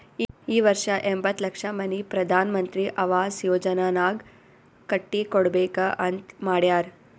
ಈ ವರ್ಷ ಎಂಬತ್ತ್ ಲಕ್ಷ ಮನಿ ಪ್ರಧಾನ್ ಮಂತ್ರಿ ಅವಾಸ್ ಯೋಜನಾನಾಗ್ ಕಟ್ಟಿ ಕೊಡ್ಬೇಕ ಅಂತ್ ಮಾಡ್ಯಾರ್